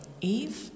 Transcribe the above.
Eve